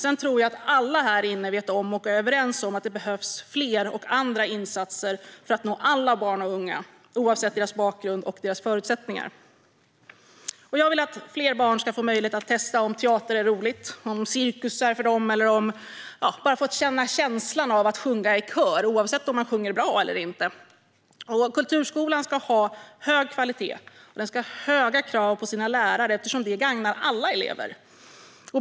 Jag tror att alla här inne vet om och är överens om att det behövs fler och andra insatser för att nå alla barn och unga, oavsett bakgrund och förutsättningar. Jag vill att fler barn ska få möjlighet att testa om teater är roligt, om cirkus är något för dem eller bara få känna känslan av att sjunga i kör, oavsett om man sjunger bra eller inte. Kulturskolan ska ha hög kvalitet, och den ska ställa höga krav på sina lärare eftersom det gagnar alla elever.